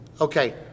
okay